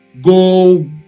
Go